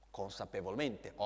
consapevolmente